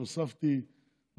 שהוספתי,